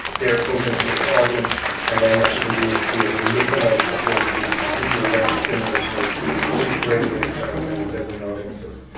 they're are pulled into this audience and then what you can do is create a look a like of those people so people who are very similar to those people, which is a great way of targeting and building audiences.